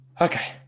Okay